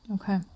Okay